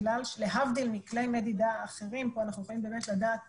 להבדיל מכלי מדידה אחרים פה אנחנו יכולים באמת לדעת